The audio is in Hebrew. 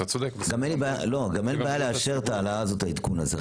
אין לי בעיה לאשר את ההעלאה הזאת, את העדכון הזה.